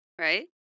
right